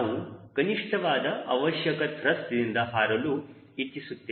ನಾವು ಕನಿಷ್ಠವಾದ ಅವಶ್ಯಕ ತ್ರಸ್ಟ್ ದಿಂದ ಹಾರಲು ಇಚ್ಚಿಸುತ್ತೇವೆ